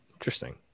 interesting